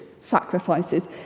sacrifices